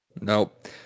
Nope